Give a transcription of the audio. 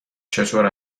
چطور